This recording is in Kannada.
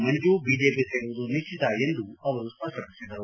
ಮಂಜು ಅವರು ಬಿಜೆಪಿ ಸೇರುವುದು ನಿಶ್ಚಿತ ಎಂದು ಸ್ಪಷ್ಟ ಪಡಿಸಿದರು